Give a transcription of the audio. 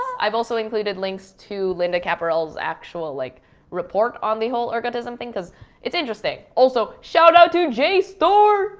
i've also included links to linda caporael's actual like report on the whole ergotism thing cuz it's interesting. also, shoutout to jstor